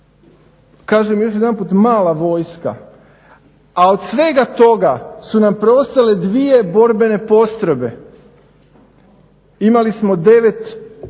Kažem još jedanput mala vojska, a od svega toga su nam preostale dvije borbene postrojbe. Imali smo 9